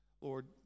Lord